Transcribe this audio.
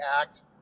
act